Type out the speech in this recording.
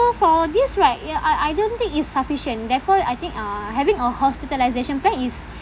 for this right ya I I don't think it's sufficient therefore I think uh having a hospitalisation plan is